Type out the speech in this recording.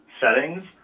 settings